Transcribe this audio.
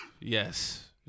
Yes